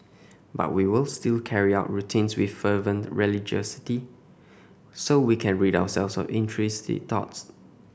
but we will still carry out routines with fervent religiosity so we can rid ourselves of intrusive thoughts